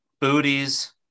booties